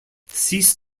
cease